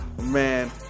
man